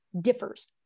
differs